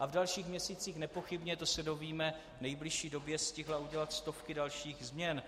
A v dalších měsících nepochybně, to se dozvíme v nejbližší době, stihla udělat stovky dalších změn.